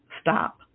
Stop